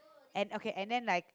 and okay and then like